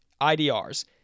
IDRs